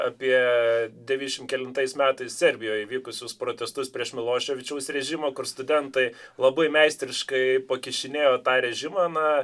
apie devyniasdešimt kelintais metais serbijoje vykusius protestus prieš miloševičiaus režimą kur studentai labai meistriškai pakišinėjo tą režimą na